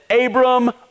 Abram